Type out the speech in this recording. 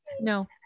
No